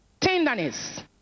tenderness